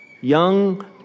Young